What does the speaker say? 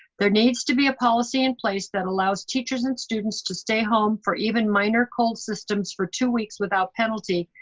there needs to be a policy in place that allows teachers and students to stay home for even minor cold systems for two weeks without penalty,